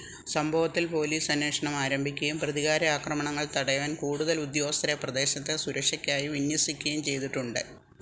സംഭവത്തിൽ പോലീസ് അന്വേഷണം ആരംഭിക്കുകയും പ്രതികാര ആക്രമണങ്ങൾ തടയാൻ കൂടുതൽ ഉദ്യോഗസ്ഥരെ പ്രദേശത്ത് സുരക്ഷയ്ക്കായി വിന്യസിക്കുകയും ചെയ്തിട്ടുണ്ട്